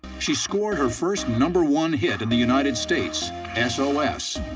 she scored her first number one hit in the united states s o s.